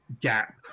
gap